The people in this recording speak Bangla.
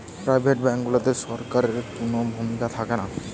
প্রাইভেট ব্যাঙ্ক গুলাতে সরকারের কুনো ভূমিকা থাকেনা